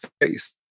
face